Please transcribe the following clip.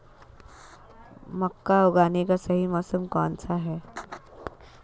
मक्का उगाने का सही मौसम कौनसा है?